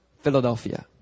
Philadelphia